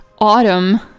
autumn